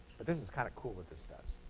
but this is kind of cool what this does.